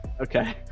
okay